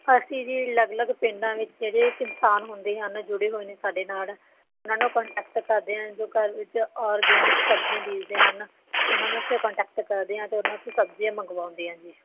ਅਸੀਂ ਜੀ ਅਲੱਗ ਅਲੱਗ ਪਿੰਡਾਂ ਵਿੱਚ ਜਿਹੜੇ ਕਿਸਾਨ ਹੁੰਦੇ ਹਨ ਜੁੜੇ ਹੋਏ ਨੇ ਸਾਡੇ ਨਾਲ ਉਹਨਾ ਨੂੰ ਕੋਂਟੈਕਟ ਕਰਦੇ ਹਾਂ ਜੋ ਘਰ ਵਿਚ ਆਰਗੈਨਿਕ ਸਬਜ਼ੀਆਂ ਬੀਜਦੇ ਹਨ ਉਹਨਾਂ ਨੂੰ ਅਸੀਂ ਕੋਂਟੈਕਟ ਕਰਦੇ ਹਾਂ ਅਤੇ ਉਹਨਾਂ ਤੋਂ ਸਬਜ਼ੀਆਂ ਮੰਗਵਾਉਂਦੇ ਹਾਂ ਜੀ